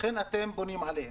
לכן אתם בונים עליהן.